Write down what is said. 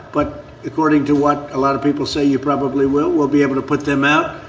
but according to what a lot of people say, you probably will. we'll be able to put them out.